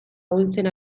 ahultzen